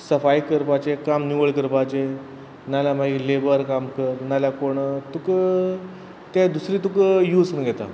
सफाई करपाचें काम निवळ करपाचें नाजाल्या मागीर लेबर काम कर नाल्या कोण तुका तें दुसरे तुका यूज करून घेता